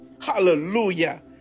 Hallelujah